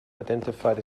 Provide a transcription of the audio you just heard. identified